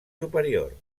superior